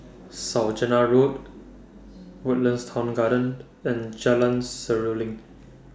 Saujana Road Woodlands Town Garden and Jalan Seruling